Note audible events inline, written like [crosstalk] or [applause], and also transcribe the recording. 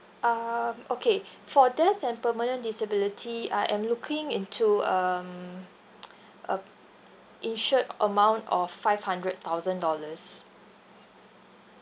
um okay for death and permanent disability I am looking into um [noise] uh p~ insured amount of five hundred thousand dollars